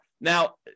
Now